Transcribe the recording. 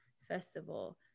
festival